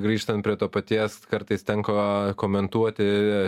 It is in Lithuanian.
grįžtant prie to paties kartais tenka komentuoti